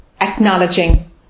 Acknowledging